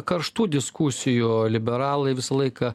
karštų diskusijų liberalai visą laiką